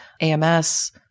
AMS